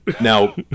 now